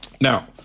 Now